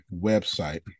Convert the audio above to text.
website